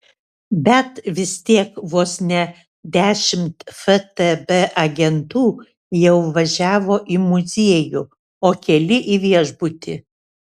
bet vis tiek vos ne dešimt ftb agentų jau važiavo į muziejų o keli į viešbutį